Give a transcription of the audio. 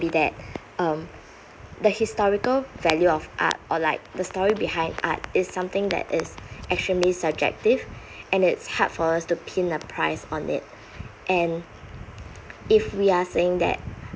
~uld be that um the historical value of art or like the story behind art is something that is extremely subjective and it's hard for us to pin the price on it and if we are saying that